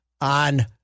on